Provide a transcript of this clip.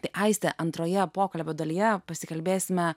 tai aistė antroje pokalbio dalyje pasikalbėsime